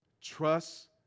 Trust